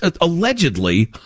allegedly